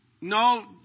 no